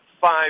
five